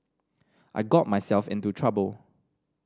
I got myself into trouble